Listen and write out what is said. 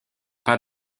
pas